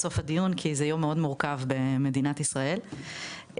סוף הדיון כי זה יום מאוד מורכב במדינת ישראל וכמובן